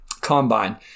combine